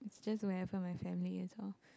it's just wherever my family is lor